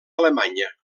alemanya